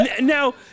Now